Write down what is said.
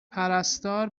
پرستار